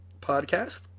podcast